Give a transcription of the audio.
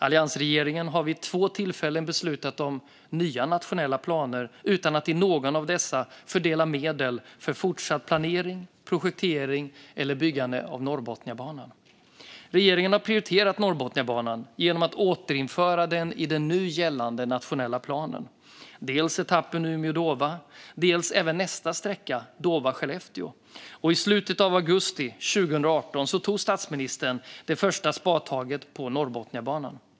Alliansregeringen har vid två tillfällen beslutat om nya nationella planer utan att i någon av dessa fördela medel för fortsatt planering, projektering eller byggande av Norrbotniabanan. Regeringen har prioriterat Norrbotniabanan genom att återinföra den i den nu gällande nationella planen, dels etappen Umeå-Dåva, dels även nästa sträcka Dåva-Skellefteå. I slutet av augusti 2018 tog statsministern det första spadtaget på Norrbotniabanan.